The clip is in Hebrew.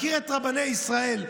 מכיר את רבני ישראל,